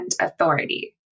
authority